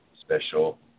special